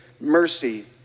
mercy